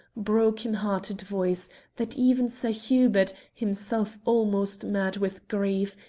broken-hearted voice that even sir hubert, himself almost mad with grief,